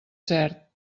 cert